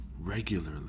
regularly